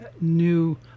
new